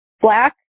black